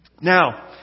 Now